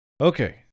Okay